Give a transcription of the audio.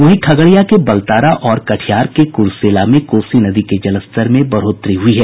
वहीं खगड़िया के बलतारा और कटिहार के कुरसेला में कोसी नदी के जलस्तर में बढ़ोतरी हुई है